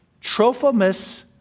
Trophimus